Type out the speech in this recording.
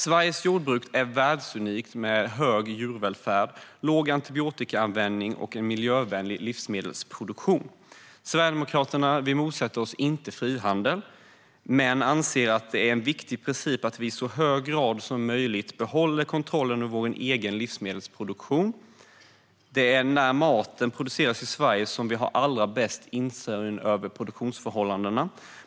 Sveriges jordbruk är världsunikt med hög djurvälfärd, låg antibiotikaanvändning och miljövänlig livsmedelsproduktion. Vi i Sverigedemokraterna motsätter oss inte frihandel, men vi anser att det är en viktig princip att i så hög grad som möjligt behålla kontrollen över vår egen livsmedelsproduktion. Det är när maten produceras i Sverige som vi har som allra bäst insyn i produktionsförhållandena.